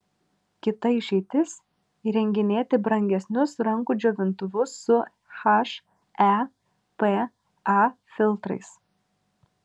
kita išeitis įrenginėti brangesnius rankų džiovintuvus su hepa filtrais